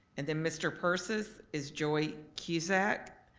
and then mr. persis is joy cusack,